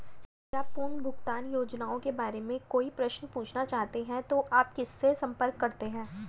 यदि आप पुनर्भुगतान योजनाओं के बारे में कोई प्रश्न पूछना चाहते हैं तो आप किससे संपर्क करते हैं?